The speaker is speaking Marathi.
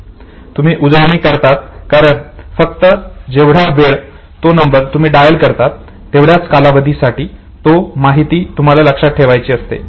तुम्ही उजळणी करतात कारण फक्त जेवढा वेळ तो नंबर तुम्ही डायल करतात तेवढ्याच कालावधी साठी ती माहिती तुम्हाला लक्षात ठेवायची असते